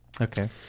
Okay